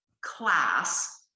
class